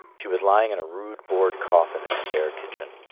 she was lying in a rude board coffin in the bare kitchen.